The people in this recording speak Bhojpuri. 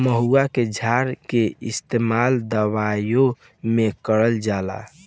महुवा के क्षार के इस्तेमाल दवाईओ मे करल जाला